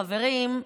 חברים,